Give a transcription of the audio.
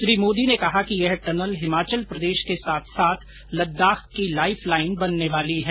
श्री मोदी ने कहा कि यह टनल हिमाचल प्रदेश के साथ साथ लद्दाख की लाइफ लाइन बनने वाली है